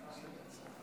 דקות.